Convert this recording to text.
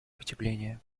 потепления